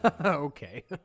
Okay